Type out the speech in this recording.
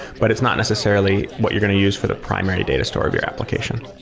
but it's not necessarily what you're going to use for the primary data store of your application.